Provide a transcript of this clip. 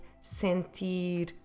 sentir